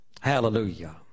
Hallelujah